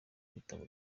kwitaba